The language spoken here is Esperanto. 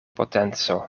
potenco